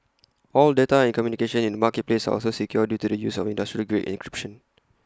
all data and communication in the marketplace are also secure due to the use of industrial grade encryption